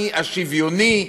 ההומני, השוויוני,